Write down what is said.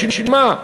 בשביל מה?